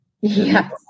Yes